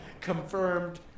Confirmed